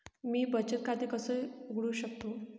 मी बचत खाते कसे उघडू शकतो?